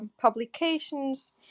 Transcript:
Publications